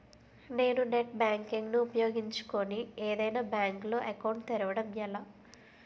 నేను net banking ను ఉపయోగించుకుని ఏదైనా బ్యాంక్ లో అకౌంట్ తెరవడం ఎలా?